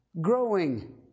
Growing